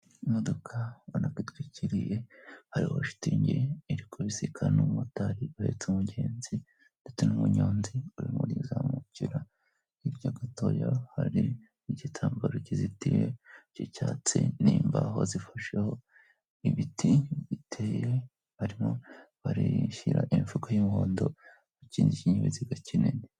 Imodoka ubona ko itwikiriye hari ho shitingi, irikubisika n'umumotari uhetse umugenzi ndetse n'umunyonzi urimo urizamukira, hirya gatoya hari igitambaro kizitiye cy'icyatsi n'imbaho zifasheho n'ibiti biteye, barimo barashyira imifuka y'umuhondo mu kindi kinyabiziga kinini.